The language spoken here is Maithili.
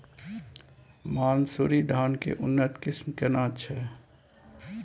मानसुरी धान के उन्नत किस्म केना छै?